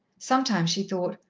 sometimes she thought,